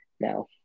now